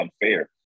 unfair